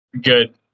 good